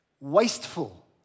Wasteful